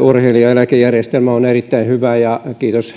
urheilijaeläkejärjestelmä on erittäin hyvä ja kiitos